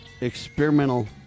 experimental